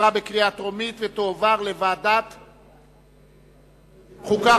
לדיון מוקדם בוועדת החוקה,